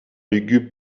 lugubre